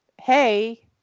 hey